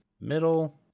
middle